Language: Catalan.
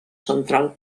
central